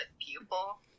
pupil